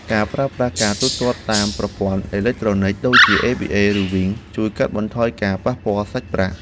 ការប្រើប្រាស់ការទូទាត់តាមប្រព័ន្ធអេឡិចត្រូនិកដូចជាអេប៊ីអេ ឬវីងជួយកាត់បន្ថយការប៉ះពាល់សាច់ប្រាក់។